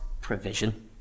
provision